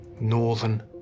northern